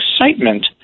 excitement